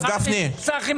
המשרד מסוכסך עם